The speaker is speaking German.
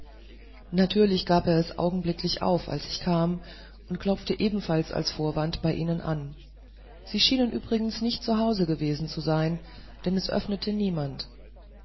natürlich gab er es augenblicklich auf als ich kam und klopfte ebenfalls als vorwand bei ihnen an sie schienen übrigens nicht zu hause gewesen zu sein denn es öffnete niemand